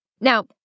Now